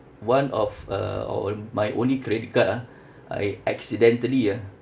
one of uh uh own my only credit card ah I accidentally ah